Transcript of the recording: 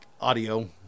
audio